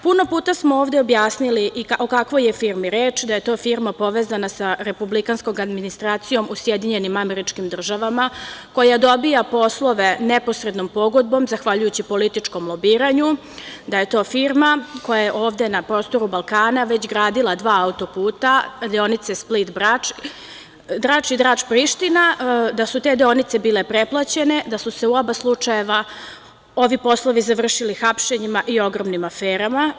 Puno puta smo ovde objasnili o kakvoj je firmi reč, da je to firma povezana sa republikanskom administracijom u SAD, koja dobija poslove neposrednom pogodbom, zahvaljujući političkom lobiranju, da je to firma koja je ovde na prostoru Balkana već gradila dva auto-puta, deonice Split-Brač, Drač-Priština, da su te deonice bile preplaćene, da su se u oba slučajeva ovi poslovi završili hapšenjima i velikim aferama.